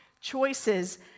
choices